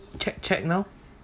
check check now